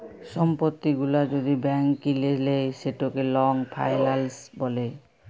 সম্পত্তি গুলা যদি ব্যাংক কিলে লেই সেটকে লং ফাইলাল্স ব্যলে